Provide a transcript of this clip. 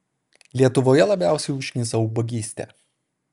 lietuvoje labiausiai užknisa ubagystė